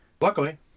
Luckily